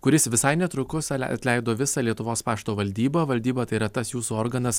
kuris visai netrukus atleido visą lietuvos pašto valdybą valdyba tai yra tas jūsų organas